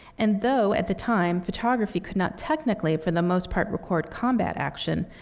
and though at the time photography could not technically for the most part record combat action,